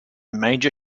major